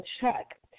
check